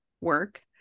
work